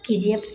किजिए